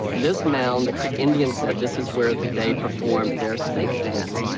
this mound, the creek indians said, this is where they performed their snake dance,